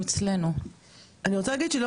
כמו ביטוח לאומי שאנחנו נכנסים ורואים.